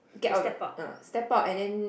get out of the uh step out and then